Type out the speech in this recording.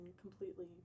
completely